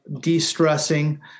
de-stressing